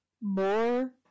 more